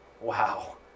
Wow